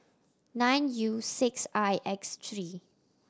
nine U six I X three